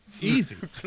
Easy